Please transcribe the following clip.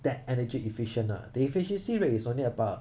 that energy efficient ah the efficiency rate is only about